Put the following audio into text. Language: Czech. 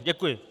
Děkuji.